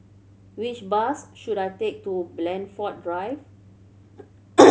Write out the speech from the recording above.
which bus should I take to Blandford Drive